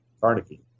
Carnegie